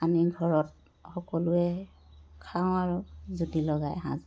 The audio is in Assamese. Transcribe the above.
আনি ঘৰত সকলোৱে খাওঁ আৰু জুতি লগাই এসাঁজ